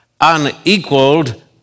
unequaled